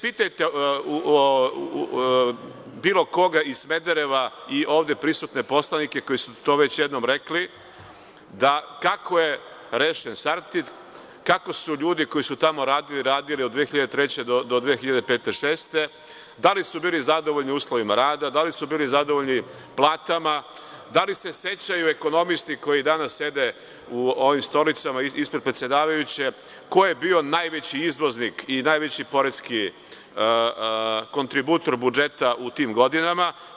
Pitajte bilo koga iz Smedereva i ovde prisutne poslanike koji su to već jednom rekli, kako je rešen „Sartid“, kako su ljudi koji su tamo radili, radili od 2003. do 2005-2006. godine, da li su bili zadovoljni uslovima rada, da li su bili zadovoljni platama, da li se sećaju ekonomisti koji danas sede u ovim stolicama ispred predsedavajuće ko je bio najveći izvoznik i najveći poreski kontributor budžeta u tim godinama?